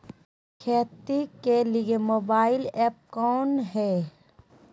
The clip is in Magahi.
खेती के लिए मोबाइल ऐप कौन है?